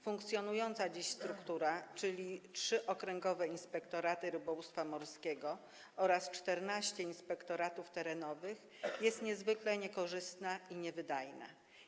Funkcjonująca dziś struktura, czyli trzy okręgowe inspektoraty rybołówstwa morskiego oraz 14 inspektoratów terenowych, jest niezwykle niekorzystna i niewydajna.